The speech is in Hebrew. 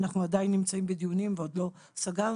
אנחנו עדיין נמצאים בדיונים ועוד לא סגרנו,